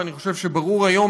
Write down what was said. ואני חושב שברור היום,